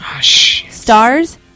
Stars